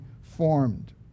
formed